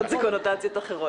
קו 300 זה קונוטציות אחרות.